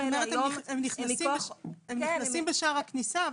את אומרת שהם נכנסים בשער הכניסה,